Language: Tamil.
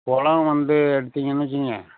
குளம் வந்து எடுத்தீங்கன்னு வச்சுக்கிங்க